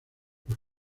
los